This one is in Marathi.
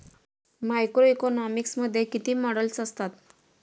मॅक्रोइकॉनॉमिक्स मध्ये किती मॉडेल्स असतात?